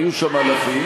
והיו שם אלפים,